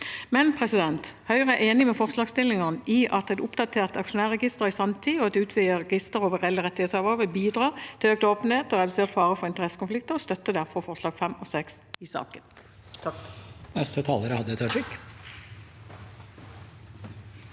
departementet. Høyre er enig med forslagsstillerne i at et oppdatert aksjonærregister i sanntid og et utvidet register over reelle rettighetshavere vil bidra til økt åpenhet og redusert fare for interessekonflikter og støtter derfor forslagene nr. 5 og 6 i saken.